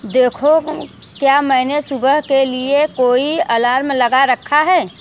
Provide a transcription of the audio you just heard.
देखो क्या मैंने सुबह के लिए कोई अलार्म लगा रखा है